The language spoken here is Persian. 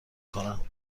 کنم